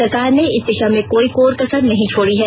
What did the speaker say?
सरकार ने इस दिशा में कोई कोर कसर नहीं छोड़ी है